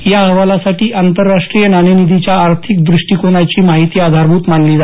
या अहवालासाठी आंतरराष्ट्रीय नाणेनिधीच्या आर्थिक द्रष्टीकोनाची माहिती आधारभूत मानली आहे